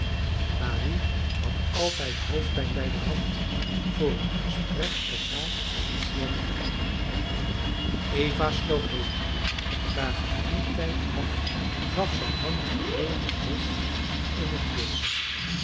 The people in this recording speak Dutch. marie had altijd hoofdpijn bijdehand voor een gesprek dat haar niet zeer beviel eva sloop heen maar van dien tijd af gaf zij mammy geregeld les in het lezen